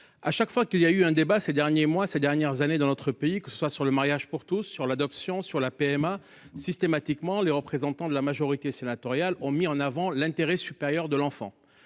à chaque fois qu'il y a eu un débat ces derniers mois, ces dernières années dans notre pays, que ce soit sur le mariage pour tous sur l'adoption sur la PMA systématiquement les représentants de la majorité sénatoriale, ont mis en avant l'intérêt supérieur de l'enfant.